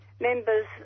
Members